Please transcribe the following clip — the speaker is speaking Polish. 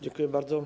Dziękuję bardzo.